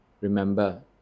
Remember